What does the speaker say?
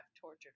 tortured